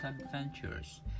Adventures